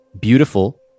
Beautiful